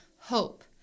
hope